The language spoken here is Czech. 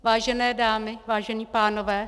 Vážené dámy, vážení pánové.